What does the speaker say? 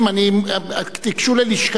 תיגשו ללשכתי,